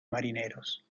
marineros